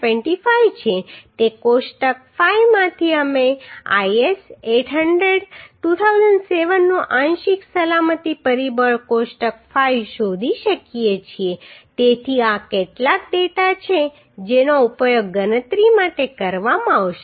25 છે તે કોષ્ટક 5 માંથી અમે IS800 2007 નું આંશિક સલામતી પરિબળ કોષ્ટક 5 શોધી શકીએ છીએ તેથી આ કેટલાક ડેટા છે જેનો ઉપયોગ ગણતરી માટે કરવામાં આવશે